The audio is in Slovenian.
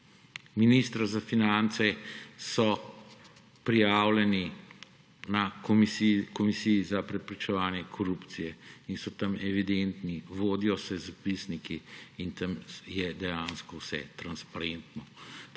ministra za finance prijavljeni na Komisiji za preprečevanje korupcije in so tam evidentni, vodijo se zapisniki in tam je dejansko vse transparentno.